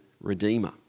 redeemer